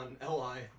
L-I